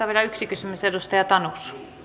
vielä yksi kysymys edustaja tanus arvoisa